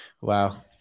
Wow